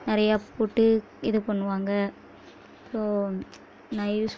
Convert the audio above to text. நிறையா போட்டு இது பண்ணுவாங்க ஸோ ந யூஸ்ஃபுல்லாக